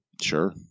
Sure